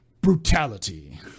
brutality